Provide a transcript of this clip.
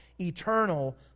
eternal